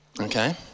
Okay